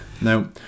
Now